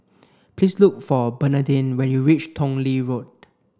please look for Bernadine when you reach Tong Lee Road